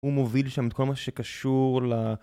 הוא מוביל שם את כל מה שקשור ל...